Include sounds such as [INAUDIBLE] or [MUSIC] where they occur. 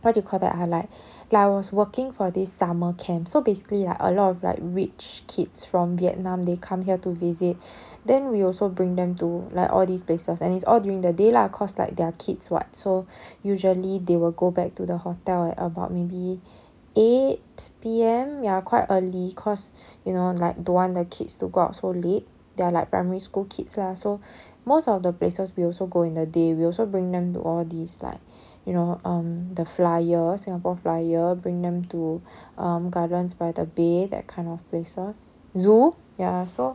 what do you call that ah like like I was working for this summer camp so basically like a lot of like rich kids from vietnam they come here to visit [BREATH] then we also bring them to like all these places and it's all during the day lah cause like they are kids [what] so [BREATH] usually they will go back to the hotel at about maybe eight P_M ya quite early cause you know like don't want the kids to go out so late they are like primary school kids lah so [BREATH] most of the places we also go in the day we also bring them to all these like you know um the flyer singapore flyer bring them to um gardens by the bay that kind of places zoo ya so